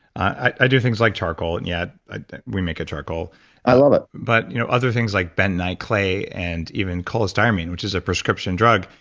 i do things like charcoal, and yeah we make a charcoal i love it but you know other things like bentonite clay and even cholestyramine, which is a prescription drug,